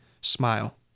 smile